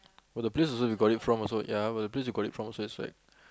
but the place also you got it from also ya but the place you got it from says like